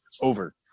Over